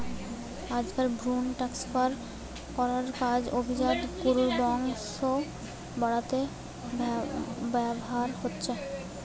আজকাল ভ্রুন ট্রান্সফার করার কাজ অভিজাত গরুর বংশ বাড়াতে ব্যাভার হয়ঠে